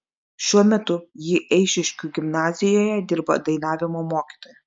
šiuo metu ji eišiškių gimnazijoje dirba dainavimo mokytoja